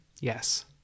Yes